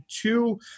two